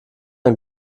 ein